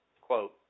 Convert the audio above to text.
quote